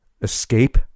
Escape